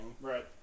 Right